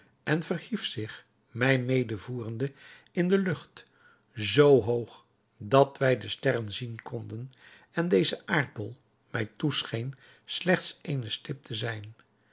en verhief zich mij medevoerende in de lucht zoo hoog dat wij de sterren zien konden en deze aardbol mij toescheen slechts eene stip te zijn